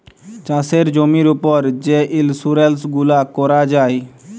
চাষের জমির উপর যে ইলসুরেলস গুলা ক্যরা যায়